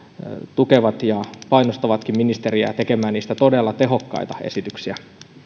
tukevat ja painostavatkin ministeriä tekemään niistä todella tehokkaita esityksiä